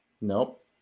Nope